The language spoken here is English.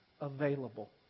Available